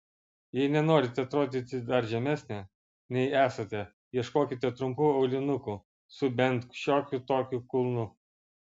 jei nenorite atrodyti dar žemesnė nei esate ieškokite trumpų aulinukų su bent šiokiu tokiu kulnu